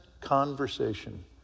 conversation